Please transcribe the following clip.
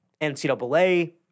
ncaa